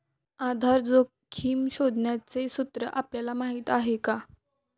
आधार जोखिम शोधण्याचे सूत्र आपल्याला माहीत आहे का?